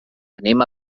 anem